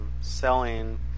selling